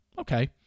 Okay